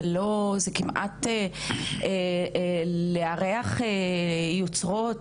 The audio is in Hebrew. זה כמעט לארח יוצרות,